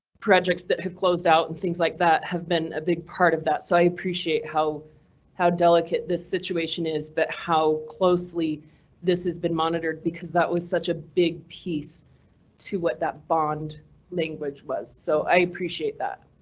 projects that have closed out and things like that have been a big part of that, so i appreciate how how delicate this situation is. but how closely this has been monitored? because that was such a big piece to what that bond language was, so i appreciate that.